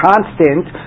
constant